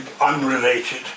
unrelated